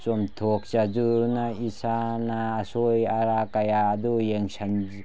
ꯆꯨꯝꯊꯣꯛꯆꯗꯨꯅ ꯏꯁꯥꯅ ꯑꯁꯣꯏ ꯑꯔꯥꯛ ꯀꯌꯥꯗꯨ